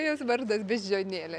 jos vardas beždžionėlė